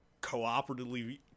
cooperatively